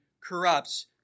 corrupts